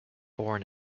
born